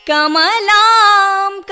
Kamalam